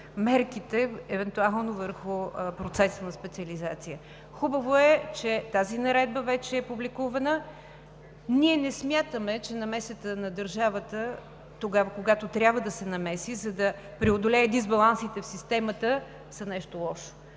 мерките евентуално върху процеса на специализация. Хубаво е, че тази наредба вече е публикувана. Ние не смятаме, че намесата на държавата тогава, когато трябва да се намеси, за да преодолее дисбалансите в системата, е нещо лошо.